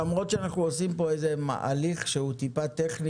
למרות שאנחנו עושים איזה הליך שהוא טיפה טכני